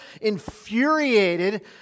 infuriated